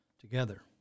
Together